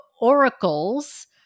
oracles